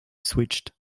switched